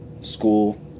school